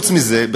חוץ מזה,